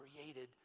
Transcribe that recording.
created